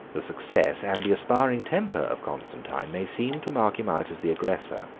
the success, and the aspiring temper of constantine, may seem to mark him out as the aggressor